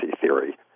theory